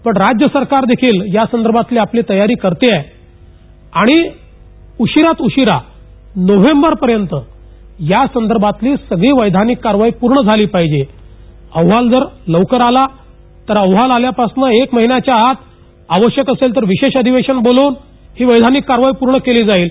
पण राज्य सरकार देखील यासंदर्भातील आपली तयारी करतंय आणि उशिरात उशिरा नोव्हेंबरपर्यंत यासंदर्भातली सगळी वैधानिक कार्यवाही पूर्ण झाली पाहिजे अहवाल जर लवकर आला तर अहवाल आल्यापासून एक महिन्याच्या आत आवश्यकअसेल तर विशेष अधिवेशन बोलवून ही वैधानिक कार्यवाही पूर्ण केली जाईल